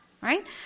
right